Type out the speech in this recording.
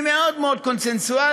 היא מאוד מאוד קונסנזואלית,